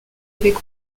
avec